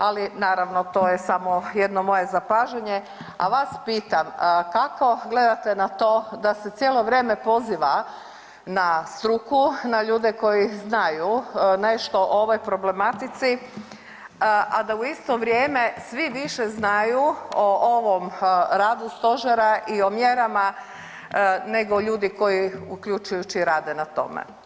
Ali naravno to je samo jedno moje zapažanje, a vas pitam kako gledate na to da se cijelo vrijeme poziva na struku, na ljude koji znaju nešto o ovoj problematici, a da u isto vrijeme svi više znaju o ovom radu Stožera i o mjerama, nego ljudi koji uključujući rade na tome?